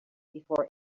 before